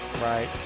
Right